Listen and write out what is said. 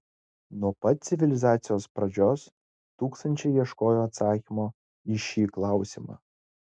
nuo pat civilizacijos pradžios tūkstančiai ieškojo atsakymo į šį klausimą